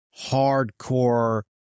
hardcore